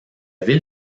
ville